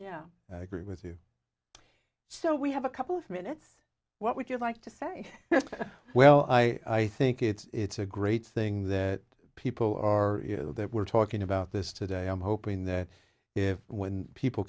yeah agree with you so we have a couple of minutes what would you like to say well i think it's a great thing that people are you know that we're talking about this today i'm hoping that if when people